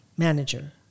Manager